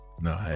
no